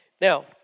Now